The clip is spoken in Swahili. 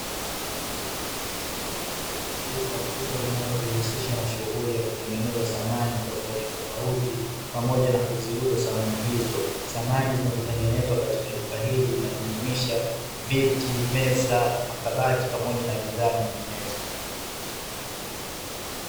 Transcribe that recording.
Duka kubwa linalo jihusisha na shughuli ya kutengeneza samani tofautitofauti pamoja na kuziuza samani hizo. Samani zinazo tengenezwa katika duka hili zinajumuisha viti, meza, makabati pamoja na bidhaa nyinginezo.